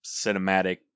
cinematic